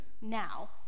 now